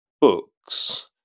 books